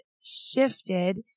shifted